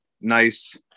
Nice